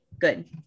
Good